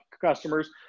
customers